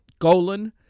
Golan